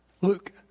Luke